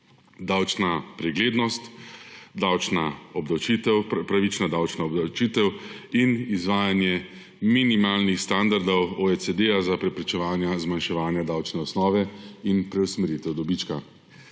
davčna preglednost, pravična davčna obdavčitev in izvajanje minimalnih standardov OECD za preprečevanje zmanjševanja davčne osnove in preusmeritev dobička.